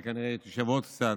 וכנראה היא תשב עוד קצת